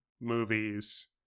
movies